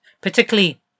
particularly